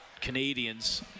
Canadians